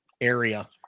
area